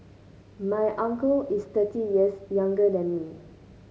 my uncle is thirty years younger than me